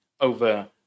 over